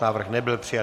Návrh nebyl přijat.